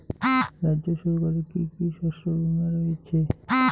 রাজ্য সরকারের কি কি শস্য বিমা রয়েছে?